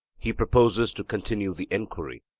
he proposes to continue the enquiry.